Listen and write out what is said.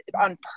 on